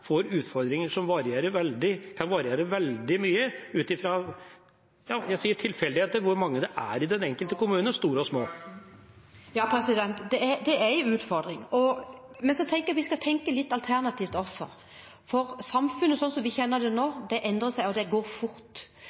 får utfordringer som kan variere veldig mye – ut fra tilfeldigheter eller hvor mange det er i den enkelte kommunen som trenger hjelp? Ja, det er en utfordring. Men jeg tenker at vi skal tenke litt alternativt også. Samfunnet slik vi kjenner det nå, endrer seg, og det går fort